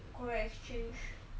for exchange